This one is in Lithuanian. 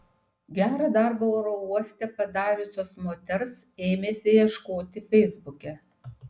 gerą darbą oro uoste padariusios moters ėmėsi ieškoti feisbuke